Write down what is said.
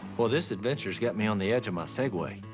well, this adventure's got me on the edge of my segway.